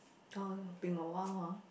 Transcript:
oh been a while ah